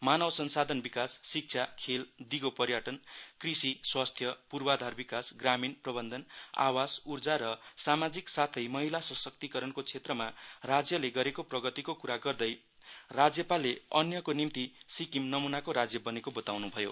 मानव संसाधन विकास शिक्षा खेल दिगो पर्यटन कृषि स्वास्थ्य पूर्वाधार विकास ग्रामीण प्रबन्धन आवास ऊर्जार सामाजीक साथै महिला सशक्तिकरणको क्षेत्रमा राज्यले गरेको प्रगतिको कुरा गर्दै राज्यपालले अन्यको निम्ति सिक्किम नमूनाको राज्य बनेको बताउन् भयो